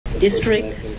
District